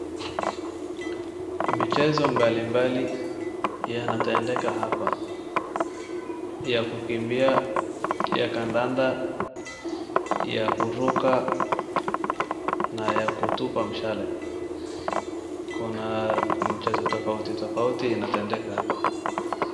Michezo mbalimbali yanatendeka hapa ya kukimbia, ya kandanda, ya kuruka na ya kutupa mshale, kuna mchezo tofauti tofauti inatendeka hapa.